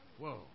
Whoa